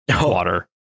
water